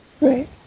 Right